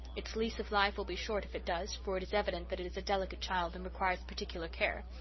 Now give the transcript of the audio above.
its lease of life will be short if it does for it is evident that it is a delicate child and requires particular care.